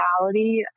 reality